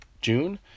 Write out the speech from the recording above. June